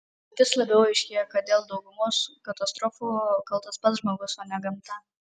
vis labiau aiškėja kad dėl daugumos katastrofų kaltas pats žmogus o ne gamta